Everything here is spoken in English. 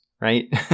right